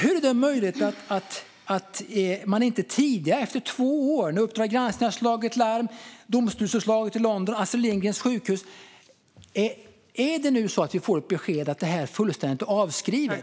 Hur är det möjligt efter två år när Uppdrag granskning har slagit larm, med domstolsutslaget i London och beslutet vid Astrid Lindgrens barnsjukhus? Får vi nu ett besked att förslaget är fullständigt avskrivet?